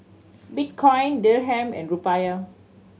Bitcoin Dirham and Rupiah